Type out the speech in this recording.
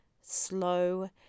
slow